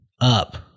up